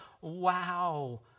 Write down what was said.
wow